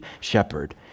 shepherd